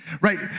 right